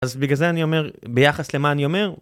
אז בגלל זה אני אומר ביחס למה אני אומר.